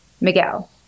Miguel